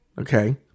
Okay